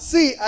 See